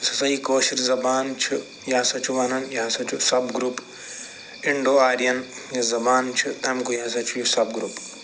یۄس ہسا یہِ کٲشر زبان چھِ یہ ہسا چھِ ونان یہ ہسا چھُ سب گروپ انڈو آرین یۄس زبان چھِ تمِکُے ہسا چھِ یہِ سب گروپ